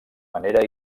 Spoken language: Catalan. manera